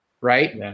Right